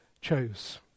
chose